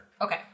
Okay